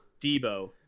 Debo